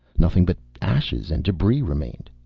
nothing but ashes and debris remained.